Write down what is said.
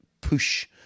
push